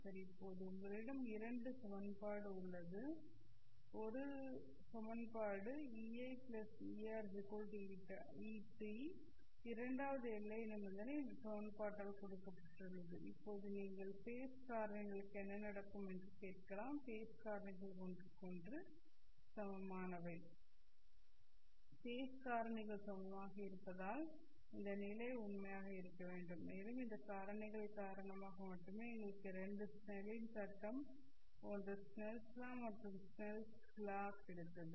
சரி இப்போது உங்களிடம் இரண்டு சமன்பாடு உள்ளது ஒரு சமன்பாடு Ei Er Et இரண்டாவது எல்லை நிபந்தனை இந்த சமன்பாட்டால் கொடுக்கப்பட்டுள்ளது இப்போது நீங்கள் ஃபேஸ் காரணிகளுக்கு என்ன நடக்கும் என்று கேட்கலாம் ஃபேஸ் காரணிகள் ஒன்றுக்கொன்று சமமானவை ஃபேஸ் காரணிகள் சமமாக இருப்பதால் இந்த நிலை உண்மையாக இருக்க வேண்டும் மேலும் இந்த காரணிகளின் காரணமாக மட்டுமே எங்களுக்கு இரண்டு ஸ்னெல்லின் சட்டம் ஒன்று ஸ்னெல்லின் லா Snell's Law மற்றும் மற்றொரு ஸ்னெல்லின் லா Snell's Law கிடைத்தது